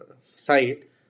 site